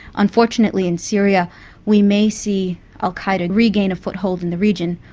unfortunately in syria we may see al-qaeda regain a foothold in the region,